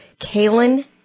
Kalen